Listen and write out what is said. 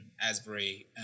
Asbury